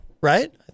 right